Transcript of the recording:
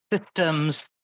systems